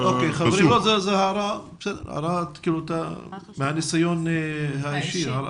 זו הערה שבאה מהניסיון האישי.